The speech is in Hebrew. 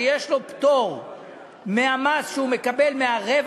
שיש לו פטור ממס על הרווח שהוא מקבל מהכסף,